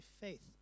faith